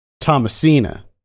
Thomasina